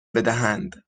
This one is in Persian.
بدهند